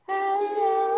Hello